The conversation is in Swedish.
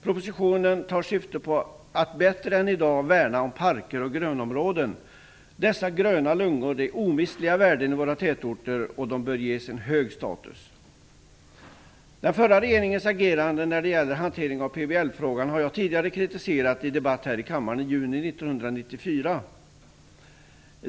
Propositionen tar syfte på att bättre än i dag värna om parker och grönområden. Dessa gröna lungor är omistliga värden i våra tätorter och bör därför ges en hög status. Den förra regeringens agerande när det gäller hantering av PBL-frågan har jag tidigare kritiserat i en debatt här i kammaren i juni 1994.